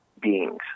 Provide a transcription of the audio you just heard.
beings